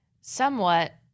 Somewhat